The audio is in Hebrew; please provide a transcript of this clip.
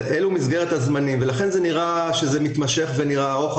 זה נראה מתמשך וארוך,